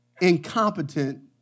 incompetent